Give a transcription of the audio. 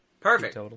Perfect